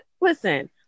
Listen